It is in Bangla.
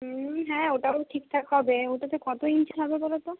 হুম হ্যাঁ ওটাও ঠিকঠাক হবে ওটাতে কত ইঞ্চ হবে বলো তো